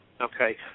Okay